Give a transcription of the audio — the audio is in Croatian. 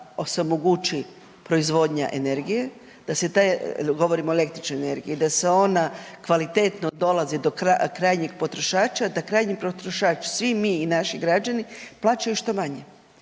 omogući proizvodnja energije, govorim o električnoj energiji, da se ona kvalitetno dolazi do krajnjeg potrošača, da krajnji potrošač svi mi i naši građani plaćaju što manje.